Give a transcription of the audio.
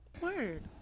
word